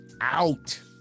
out